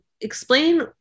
explain